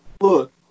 look